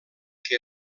que